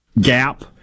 gap